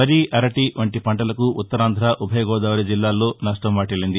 వరి అరటీ వంటీ పంటలకు ఉత్తరాంధ్ర ఉభయ గోదావరి జిల్లాల్లో నష్టం వాటిల్లింది